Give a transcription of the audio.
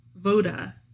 Voda